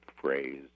phrase